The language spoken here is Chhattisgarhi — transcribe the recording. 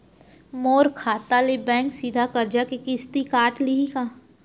मोर खाता ले बैंक सीधा करजा के किस्ती काट लिही का?